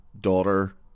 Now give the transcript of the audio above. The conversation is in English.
daughter